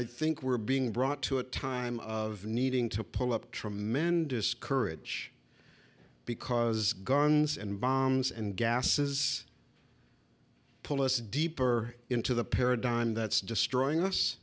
i think we're being brought to a time of needing to pull up tremendous courage because guns and bombs and gases pull us deeper into the paradigm that's destroying us